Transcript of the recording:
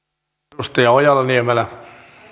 arvoisa herra